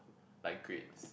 like grades